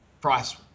price